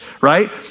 right